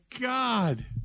God